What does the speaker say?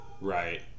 Right